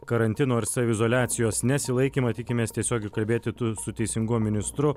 karantino ir saviizoliacijos nesilaikymą tikimės tiesiogiai kalbėt tu su teisingumo ministru